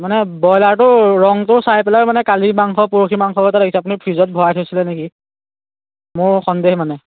মানে ব্ৰইলাৰটোৰ ৰংটো চাই পেলাই মানে কালিৰ মাংস পৰহিৰ মাংস গতে লাগিছে আপুনি ফ্ৰীজত ভৰাই থৈছিলে নেকি মোৰ সন্দেহ মানে